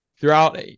throughout